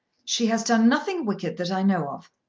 she has done nothing wicked that i know of.